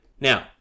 Now